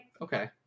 okay